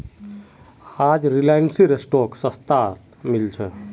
आज रिलायंसेर स्टॉक सस्तात मिल छ